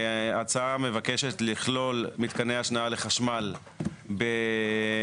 ההצעה מבקשת לכלול מתקני השנאה לחשמל בפרק